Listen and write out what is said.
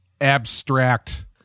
abstract